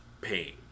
pain